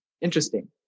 Interesting